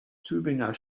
tübinger